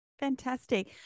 Fantastic